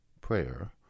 prayer